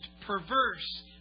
perverse